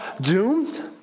doomed